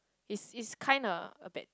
it's it's kinda a bad thing